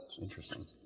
Interesting